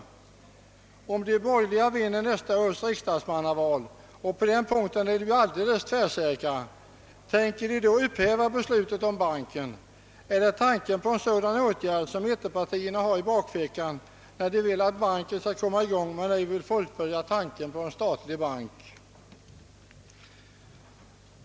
Tänker de borgerliga om de vinner nästa års riksdagsmannaval — och det är de alldeles säkra på att göra — upphäva beslutet om banken? Är det tanken på en sådan åtgärd som mittenpartierna har i bakfickan när de vill att banken skall komma i gång men ej vill fullfölja tanken på en statlig bank?